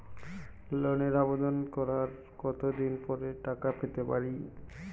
লোনের আবেদন করার কত দিন পরে টাকা পেতে পারি?